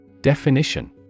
Definition